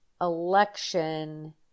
election